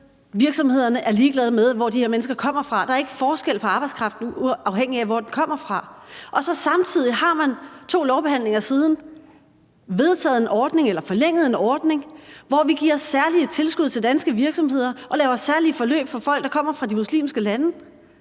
virksomhederne er ligeglade med, hvor de her mennesker kommer fra, og at der ikke er forskel på arbejdskraft, afhængigt af hvor den kommer fra. Samtidig har man så for to lovbehandlinger siden forlænget en ordning, hvor vi giver særlige tilskud til danske virksomheder og laver særlige forløb for folk, der kommer fra de muslimske lande,